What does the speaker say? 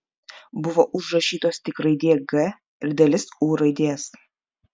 buvo užrašytos tik raidė g ir dalis u raidės